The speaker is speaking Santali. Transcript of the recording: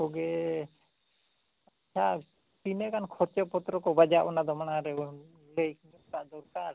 ᱡᱚᱛᱚᱜᱮ ᱟᱪᱪᱷᱟ ᱛᱤᱱᱟᱹᱜ ᱜᱟᱱ ᱠᱷᱚᱨᱪᱟ ᱯᱚᱛᱛᱨᱚ ᱵᱟᱡᱟᱜ ᱚᱱᱟᱫᱚ ᱢᱟᱲᱟᱝ ᱨᱮᱵᱚᱱ ᱞᱟᱹᱭ ᱧᱚᱜ ᱠᱟᱜᱼᱟ ᱫᱚᱨᱠᱟᱨ